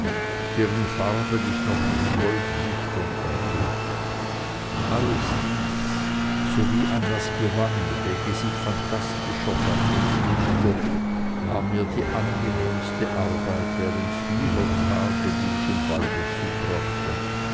deren farben ich noch mit goldlichtern erhöhte alles dies sowie annas gewand welches ich phantastisch erfand und schmückte war mir die angenehmste arbeit während vieler tage die ich im walde zubrachte